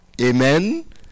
Amen